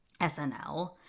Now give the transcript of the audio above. SNL